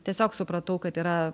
tiesiog supratau kad yra